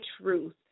truth